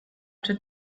czy